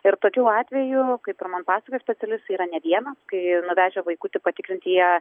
ir tokių atvejų kaip ir man pasakojo specialistai yra ne vienas kai nuvežę vaikutį patikrinti jie